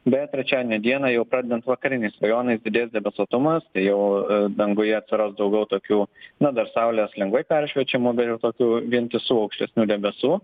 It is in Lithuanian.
bet trečiadienio dieną jau pradedant vakariniais rajonais didės debesuotumas tai jau danguje atsiras daugiau tokių na dar saulės lengvai peršviečiamų bet jau tokių vientisų aukštesnių debesų